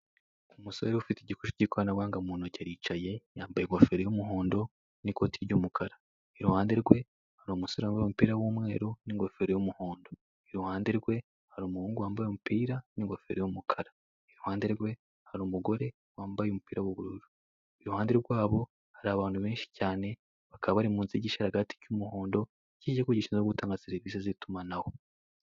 Umusore ufite igikoresho cy'ikoranabuhanga mu ntoki aricaye , yambaye ingofero y'umuhondo n'ikote ry'umukara. Iruhande rwe hari umusore wambaye umupira w'umweru n'ingofero y'umuhondo. Iruhande rwe hari umusore wambaye umupira n'ingofero y'umukara, iruhande rwe hari umugore wambaye umupira w'ubururu. Iruhande rwabo har'abantu benshi cyane bakaba bari munsi y'igisharagati cy'umuhondo ,bari kwigisha no gutanga serivise z'itumanaho.